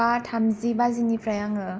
बा थामजि बाजिनिफ्राय आङो